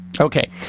Okay